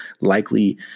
likely